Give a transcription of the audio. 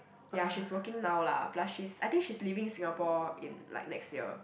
ya she's working now lah plus she's I think she's leaving Singapore in like next year